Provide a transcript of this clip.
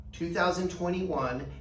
2021